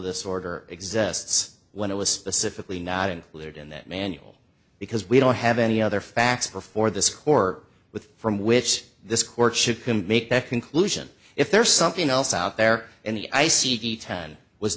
disorder exists when it was specifically not included in that manual because we don't have any other facts before the score with from which this court should make that conclusion if there's something else out there in the i